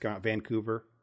Vancouver